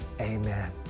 amen